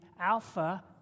Alpha